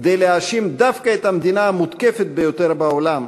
כדי להאשים דווקא את המדינה המותקפת ביותר בעולם,